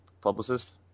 publicist